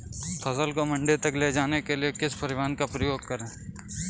फसल को मंडी तक ले जाने के लिए किस परिवहन का उपयोग करें?